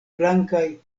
blankaj